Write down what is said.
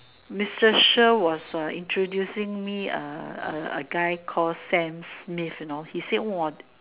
Mister sure was a introducing me a a guy called Sam-Smith you know he say !wah!